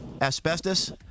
asbestos